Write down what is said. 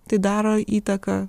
tai daro įtaką